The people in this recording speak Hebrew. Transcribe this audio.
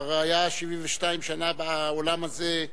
שכבר היה 72 שנה בעולם הזה,